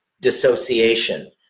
dissociation